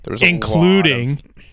Including